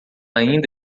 ainda